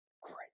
great